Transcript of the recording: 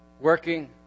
working